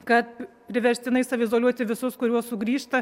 kad priverstinai saviizoliuoti visus kuriuos sugrįžta